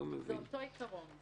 זה אותו עיקרון.